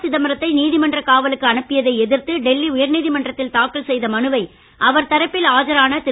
சிதம்பரத்தை நீதிமன்றக் காவலுக்கு அனுப்பியதை எதிர்த்து டெல்லி உயர் நீதிமன்றத்தில் தாக்கல் செய்த மனுவை அவர் தரப்பில் ஆஜரான திரு